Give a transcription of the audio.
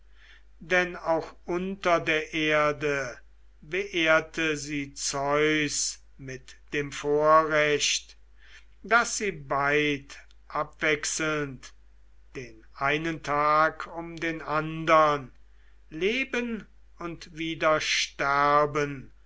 denn auch unter der erde beehrte sie zeus mit dem vorrecht daß sie beid abwechselnd den einen tag um den andern leben und wieder sterben